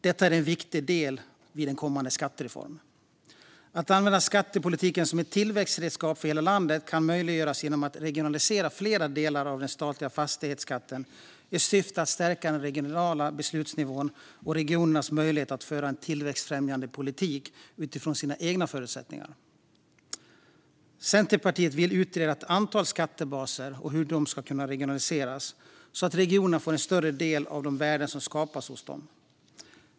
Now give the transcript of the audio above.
Detta är en viktig del av skattepolitiken vid en kommande skattereform. Att använda skattepolitiken som ett tillväxtredskap för hela landet kan möjliggöras genom att regionalisera fler delar av den statliga fastighetsskatten i syfte att stärka den regionala beslutsnivån och regionernas möjligheter att föra en tillväxtfrämjande politik utifrån sina egna förutsättningar. Centerpartiet vill utreda hur ett antal skattebaser kan regionaliseras så att regionerna får behålla en större andel av de värden som skapas hos dem.